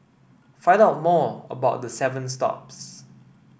find out more about the seven stops